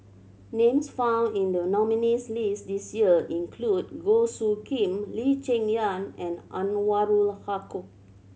names found in the nominees' list this year include Goh Soo Khim Lee Cheng Yan and Anwarul Haque